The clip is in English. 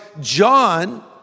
John